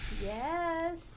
Yes